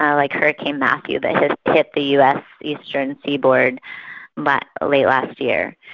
ah like hurricane matthew that hit the us eastern seaboard but ah late last year.